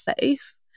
safe